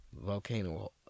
Volcano